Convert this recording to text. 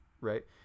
right